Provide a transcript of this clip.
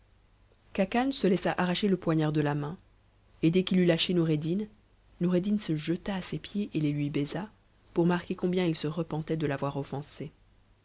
khacan se laissa arracher le poignard de la main et dès qu'il eut tactxkoureddin noureddmsejetaases pieds et les lui baisa pour marqua combien il se repentait de l'avoir offensé